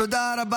תודה רבה.